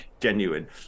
genuine